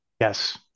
yes